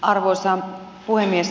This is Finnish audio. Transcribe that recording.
arvoisa puhemies